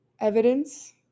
evidence